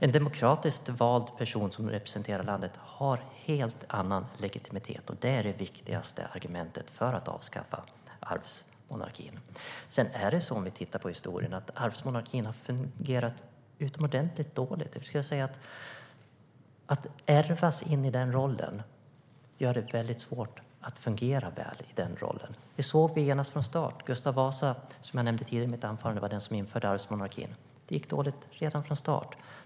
En demokratiskt vald person som representerar landet har helt annan legitimitet, och det är det viktigaste argumentet för att avskaffa arvsmonarkin. Om vi tittar på hur det har sett ut historiskt har arvsmonarkin fungerat utomordentligt dåligt. Att ärvas in i den rollen gör det väldigt svårt att fungera väl i den rollen. Det har man sett från start. Gustav Vasa, som jag nämnde tidigare i mitt anförande, var den som införde arvsmonarkin. Det gick dåligt redan från start.